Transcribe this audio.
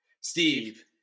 Steve